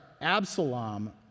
Absalom